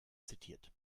zitiert